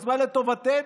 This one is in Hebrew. הזמן לטובתנו.